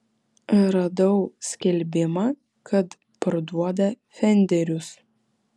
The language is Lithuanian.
radau skelbimą kad parduoda fenderius